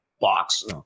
box